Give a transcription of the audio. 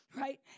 right